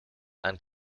and